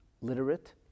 literate